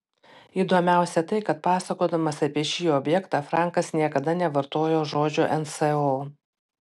įdomiausia tai kad pasakodamas apie šį objektą frankas niekada nevartojo žodžio nso